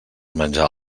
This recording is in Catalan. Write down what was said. menjar